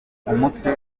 umutwe